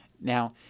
Now